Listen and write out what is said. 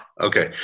Okay